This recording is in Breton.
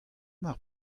mar